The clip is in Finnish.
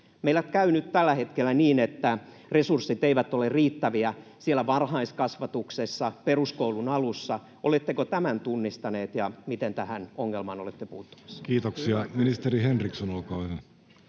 Meillä on käynyt tällä hetkellä niin, että resurssit eivät ole riittäviä siellä varhaiskasvatuksessa, peruskoulun alussa. Oletteko tämän tunnistaneet, ja miten tähän ongelmaan olette puuttumassa? [Speech 32] Speaker: Jussi Halla-aho